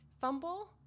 fumble